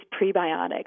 prebiotics